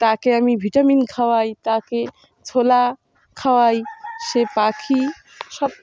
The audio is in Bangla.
তাকে আমি ভিটামিন খাওয়াই তাকে ছোলা খাওয়াই সে পাখি সব